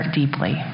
deeply